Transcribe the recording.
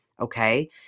okay